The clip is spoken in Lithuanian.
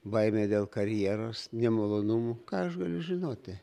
baimė dėl karjeros nemalonumų ką aš galiu žinoti